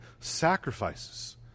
sacrifices